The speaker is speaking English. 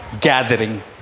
gathering